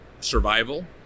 survival